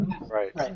Right